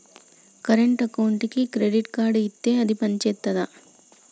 Current అకౌంట్కి credit card ఇత్తే అది పని చేత్తదా?